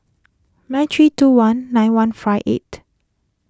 nine three two one nine one five eight